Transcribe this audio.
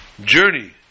journey